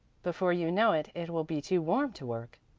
before you know it, it will be too warm to work.